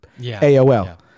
AOL